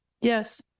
yes